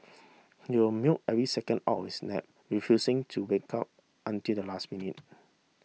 he will milk every second out of his nap refusing to wake up until the last minute